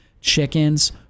chickens